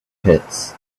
pits